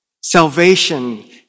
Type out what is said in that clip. Salvation